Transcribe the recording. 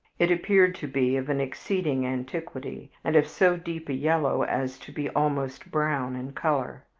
it appeared to be of an exceeding antiquity, and of so deep a yellow as to be almost brown in color.